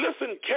listen